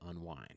unwind